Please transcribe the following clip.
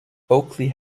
oakley